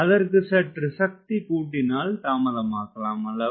அதற்கு சற்று சக்திக் கூட்டினால் தாமதமாக்கலாம் அல்லவா